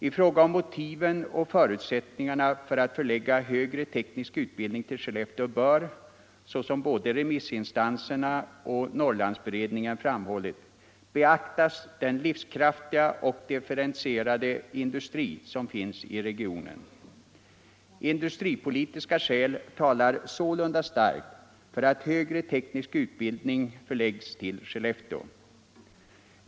I fråga om motiven och förutsättningarna för att förlägga högre teknisk utbildning till Skellefteå bör, såsom både norrlandsberedningen och remissinstanserna framhållit, beaktas den livskraftiga och differentierade industri som finns i regionen. Industripolitiska skäl talar sålunda starkt för att högre teknisk utbildning förläggs till Skellefteå.